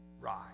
rise